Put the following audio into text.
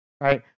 Right